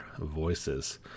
voices